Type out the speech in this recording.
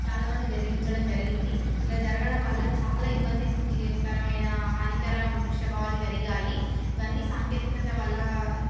చాలామంది బెదిరించడం జరిగింది ఇలా జరగడం వల్ల చాలా ఇబ్బందికరమైన హానికర దృశ్యబాలు జరిగాయి ఇవన్నీ సాంకేతికత వల్ల